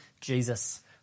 Jesus